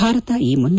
ಭಾರತ ಈ ಮುನ್ನ